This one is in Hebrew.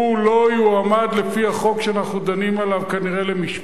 כנראה הוא לא יועמד לפי החוק שאנחנו דנים עליו למשפט,